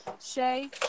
Shay